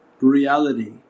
reality